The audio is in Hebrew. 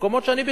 במקומות האלה,